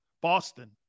Boston